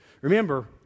Remember